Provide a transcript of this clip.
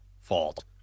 fault